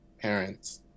parents